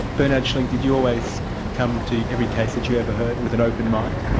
bernhard schlink, did you always come to every case that you ever heard with an open mind?